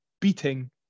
beating